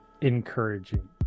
encouraging